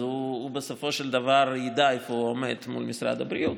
אז בסופו של דבר הוא ידע איפה הוא עומד מול משרד הבריאות,